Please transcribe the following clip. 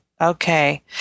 Okay